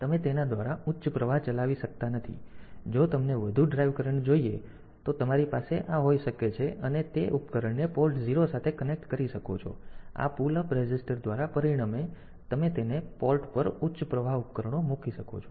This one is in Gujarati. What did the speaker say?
તેથી તમે તેના દ્વારા ઉચ્ચ પ્રવાહ ચલાવી શકતા નથી તેથી જો તમને વધુ ડ્રાઇવ કરંટ જોઈએ તો તમારી પાસે આ હોઈ શકે છે અને તમે તે ઉપકરણને પોર્ટ 0 સાથે કનેક્ટ કરી શકો છો અને આ પુલ અપ રેઝિસ્ટર દ્વારા પરિણામે તમે તે પોર્ટ્સ પર ઉચ્ચ પ્રવાહ ઉપકરણો મૂકી શકો છો